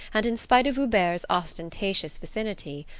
and in spite of hubert's ostentatious vicinity,